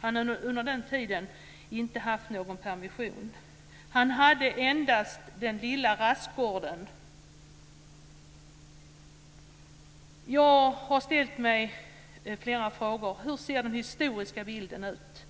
Han hade under den tiden inte haft någon permission utan kunde bara komma ut på den lilla rastgården. Jag har ställt mig flera frågor i detta sammanhang. Hur ser bilden ut historiskt